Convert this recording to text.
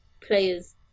players